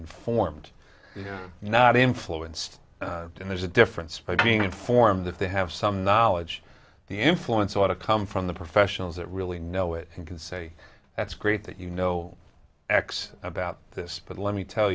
informed not influenced and there's a difference by being informed that they have some knowledge the influence a lot of come from the professionals that really know it and can say that's great that you know x about this but let me tell